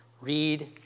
read